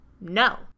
no